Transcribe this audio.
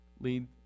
Lead